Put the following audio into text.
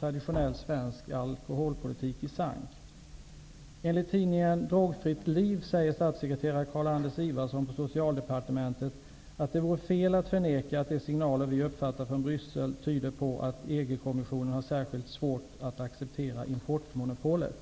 traditionell svensk alkoholpolitik i sank. Carl-Anders Ifvarsson på Socialdepartementet att det vore fel att förneka att de signaler som vi nu kan uppfatta från Bryssel tyder på att EG kommissionen har särskilt svårt att acceptera importmonopolet.